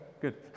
good